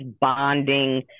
bonding